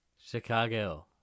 Chicago